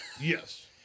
Yes